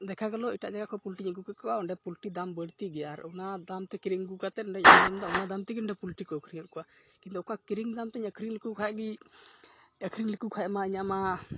ᱫᱮᱠᱷᱟ ᱜᱮᱞᱚ ᱮᱴᱟᱜ ᱡᱟᱭᱜᱟ ᱠᱷᱚᱡ ᱯᱩᱞᱴᱤᱧ ᱟᱹᱜᱩ ᱠᱮᱫᱠᱚᱣᱟ ᱚᱸᱰᱮ ᱯᱩᱞᱴᱤ ᱫᱟᱢ ᱵᱟᱹᱲᱛᱤᱜᱮ ᱟᱨ ᱚᱱᱟ ᱫᱟᱢᱛᱮ ᱠᱤᱨᱤᱧ ᱟᱹᱜᱩ ᱠᱟᱛᱮᱫ ᱱᱚᱰᱮᱧ ᱟᱸᱡᱚᱢᱫᱟ ᱚᱱᱟ ᱫᱟᱢ ᱛᱮᱜᱮ ᱱᱚᱰᱮ ᱯᱩᱞᱴᱤ ᱠᱚ ᱟᱹᱠᱷᱨᱤᱧᱮᱫ ᱠᱚᱣᱟ ᱠᱤᱱᱛᱩ ᱚᱱᱠᱟ ᱠᱤᱨᱤᱧ ᱫᱟᱢᱛᱮᱧ ᱟᱹᱠᱷᱨᱤᱧᱞᱮᱠᱚ ᱠᱷᱟᱡᱜᱮ ᱟᱹᱠᱷᱨᱤᱧ ᱞᱮᱠᱚ ᱠᱷᱟᱡᱢᱟ ᱤᱧᱟᱹᱜ ᱢᱟ